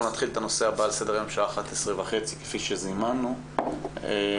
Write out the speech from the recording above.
בשעה 11:30 נתחיל את הדיון בנושא בא שעל סדר היום.